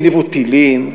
נגנבו טילים,